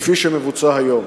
כפי שמבוצע היום.